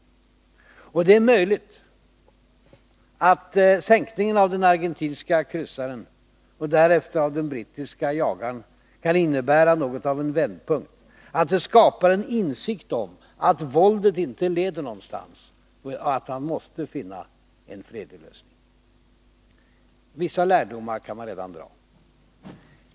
Det är möjligt att sänkningen av den argentinska kryssaren och därefter av den brittiska jagaren kan innebära något av en vändpunkt, kan skapa en insikt om att våldet inte leder någonstans och att man måste finna en fredlig lösning. Vissa lärdomar kan man redan dra.